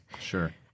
Sure